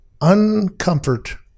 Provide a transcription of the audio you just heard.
uncomfort